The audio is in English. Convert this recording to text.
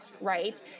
right